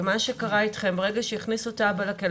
ומה שקרה איתכם - ברגע שהכניסו את האבא לכלא,